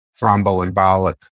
thromboembolic